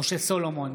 משה סולומון,